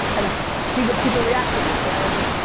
and see what people react to, your friends,